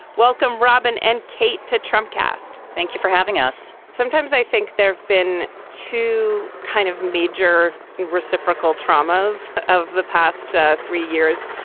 welcome robin and tate to trump cast. thank you for having us sometimes i think there have been too kind of major reciprocal traumas of the past three years.